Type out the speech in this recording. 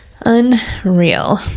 unreal